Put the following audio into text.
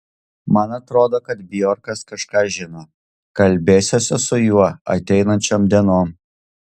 man atrodo kad bjorkas kažką žino kalbėsiuosi su juo ateinančiom dienom